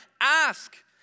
ask